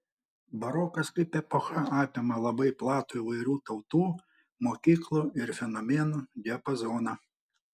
barokas kaip epocha apima labai platų įvairių tautų mokyklų ir fenomenų diapazoną